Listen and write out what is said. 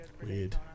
Weird